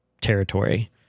territory